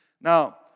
Now